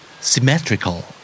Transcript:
Symmetrical